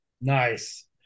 Nice